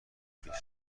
بسیار